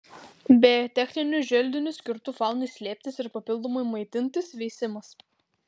biotechninių želdinių skirtų faunai slėptis ir papildomai maitintis veisimas